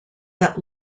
that